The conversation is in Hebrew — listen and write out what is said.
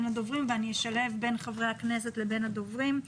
אשלב בין חברי הכנסת לבין הדוברים.